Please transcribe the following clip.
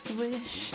wish